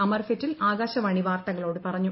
അമർ ഫെറ്റിൽ ആകാശവാണി വാർത്തകളോട് പറഞ്ഞു